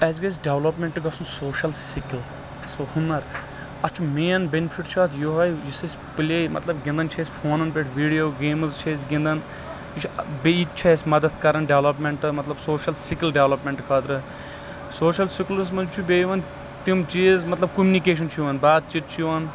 اَسہِ گژھہِ ڈیولپمیٚنٹ گژھُن سوشل سِکِل سُہ ہُنر اَتھ چُھ مین بیٚنفِت چھُ اَتھ یۄہے یُس أسۍ پلٕے مطلب گِنٛدان چھ أسۍ فونن پٮ۪ٹھ ویڈیو گیمٕز چھ أسۍ گِنٛدان بیٚیہِ یِتہِ چُھ اَسہِ مدد کران مطلب ڈیولپمیٚنٹ مطلب سوشل سِکِل ڈیولپمیٚنٹ خأطرٕ سوشل سِکلس منٛز چُھ بیٚیہِ یِوان تِمہٕ چیٖز مطلب کوٚمنِکیشن چھ یِوان بات چیٖت چُھ یِوان